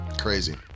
crazy